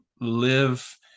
live